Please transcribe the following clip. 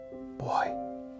boy